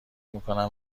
میکنم